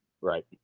Right